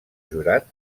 jurat